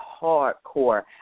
hardcore